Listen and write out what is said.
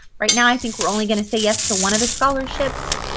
right now, i think we're only going to say yes to one of the scholarships.